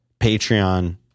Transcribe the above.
Patreon